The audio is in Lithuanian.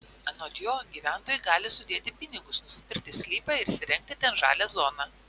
anot jo gyventojai gali sudėti pinigus nusipirkti sklypą ir įsirengti ten žalią zoną